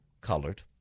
colored